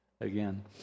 again